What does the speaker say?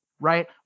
right